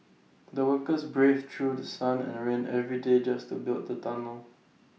the workers braved through The Sun and rain every day just to build the tunnel